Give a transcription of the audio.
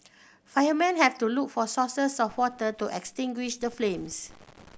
firemen had to look for sources of water to extinguish the flames